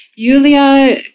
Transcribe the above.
Yulia